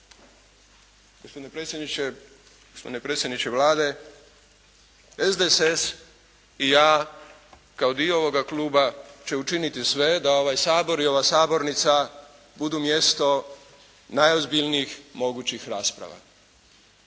gospodine predsjedniče Vlade SDSS i ja kao dio ovoga Kluba će učiniti sve da ovaj Sabor i ova sabornica budu mjesto najozbiljnijih mogućih rasprava.